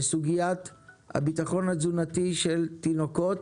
בסוגיית הביטחון התזונתי של תינוקות,